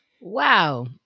Wow